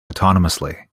autonomously